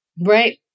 Right